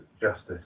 justice